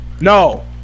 no